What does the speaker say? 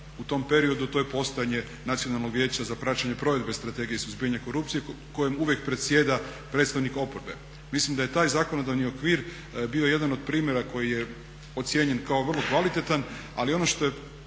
u tom periodu to je postojanje Nacionalnog vijeća za praćenje provedbe Strategije suzbijanja korupcije kojim uvijek predsjeda predstavnik oporbe. Mislim da je taj zakonodavni okvir bio jedan od primjera koji je ocijenjen kao vrlo kvalitetan, ali ono što je